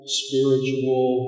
spiritual